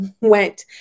went